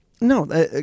no